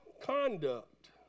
Conduct